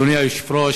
אדוני היושב-ראש,